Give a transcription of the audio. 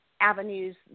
avenues